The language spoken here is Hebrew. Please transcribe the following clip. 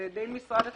על-ידי משרד התחבורה,